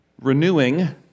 renewing